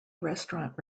restaurant